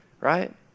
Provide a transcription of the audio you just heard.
right